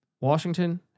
Washington